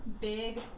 big